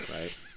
right